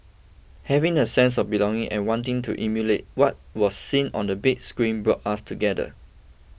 having a sense of belonging and wanting to emulate what was seen on the big screen brought us together